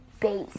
base